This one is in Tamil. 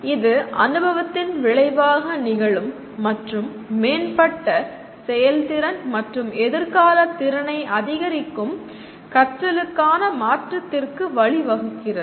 இது அனுபவத்தின் விளைவாக நிகழும் மற்றும் மேம்பட்ட செயல்திறன் மற்றும் எதிர்காலதிறனை அதிகரிக்கும் கற்றலுக்கான மாற்றத்திற்கு வழிவகுக்கிறது